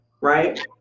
right